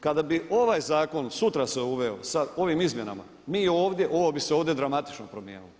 Kada bi ovaj zakon sutra se uveo sa ovim izmjenama mi ovdje, ovo bi se ovdje dramatično promijenilo.